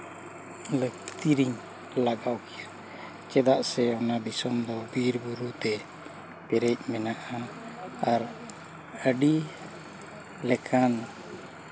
ᱞᱟᱹᱠᱛᱤ ᱨᱤᱧ ᱞᱟᱜᱟᱣ ᱠᱮᱭᱟ ᱪᱮᱫᱟᱜ ᱥᱮ ᱚᱱᱟ ᱫᱤᱥᱚᱢ ᱫᱚ ᱵᱤᱨ ᱵᱩᱨᱩ ᱛᱮ ᱯᱮᱨᱮᱡ ᱢᱮᱱᱟᱜᱼᱟ ᱟᱨ ᱟᱹᱰᱤ ᱞᱮᱠᱟᱱ